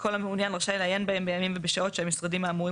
וכל המעוניין רשאי לעיין בהם בימים ובשעות שהמשרדים האמורים